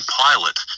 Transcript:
pilot